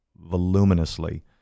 voluminously